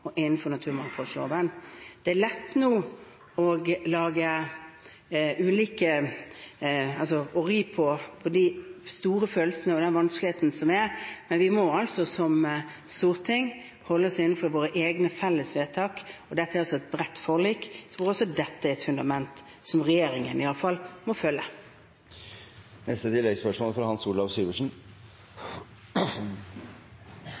og innenfor naturmangfoldloven. Det er lett nå å ri på de store følelsene og den vanskeligheten som er, men vi må altså som storting holde oss innenfor våre egne felles vedtak, og dette er et bredt forlik og et fundament som i hvert fall regjeringen må følge.